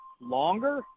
longer